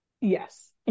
yes